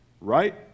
right